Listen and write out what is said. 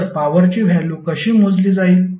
तर पॉवरची व्हॅल्यु कशी मोजली जाईल